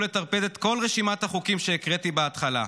לטרפד את כל רשימת החוקים שהקראתי בהתחלה,